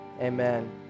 Amen